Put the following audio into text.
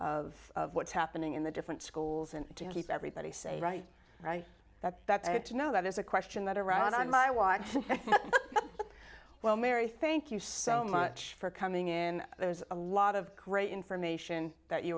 of of what's happening in the different schools and to keep everybody safe right that that i have to know that is a question that around on my watch well mary thank you so much for coming in there's a lot of great information that you